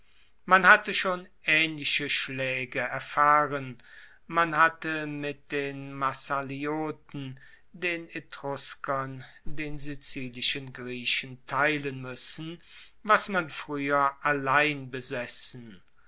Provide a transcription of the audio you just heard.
man hatte schon aehnliche schlaege erfahren man hatte mit den massalioten den etruskern den sizilischen griechen teilen muessen was man frueher allein besessen